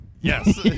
Yes